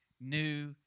new